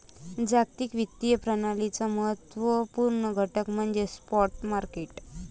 जागतिक वित्तीय प्रणालीचा महत्त्व पूर्ण घटक म्हणजे स्पॉट मार्केट